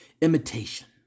imitation